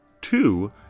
Two